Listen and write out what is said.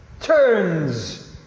turns